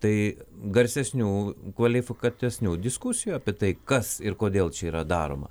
tai garsesnių kvalifikuotesnių diskusijų apie tai kas ir kodėl čia yra daroma